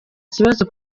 ikibazo